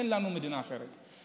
אין לנו מדינה אחרת.